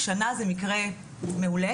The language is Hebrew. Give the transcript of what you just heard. שנה זה מקרה מעולה,